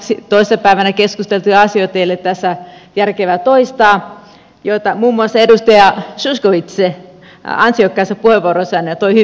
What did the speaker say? näitä toissa päivänä keskusteltuja asioita ei ole tässä järkevää toistaa joita muun muassa edustaja zyskowicz ansiokkaassa puheenvuorossaan toi hyvin esille